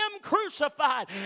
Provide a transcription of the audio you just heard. crucified